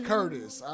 Curtis